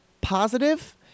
positive